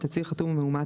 בתצהיר חתום ומאומת,